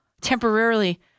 temporarily